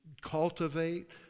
cultivate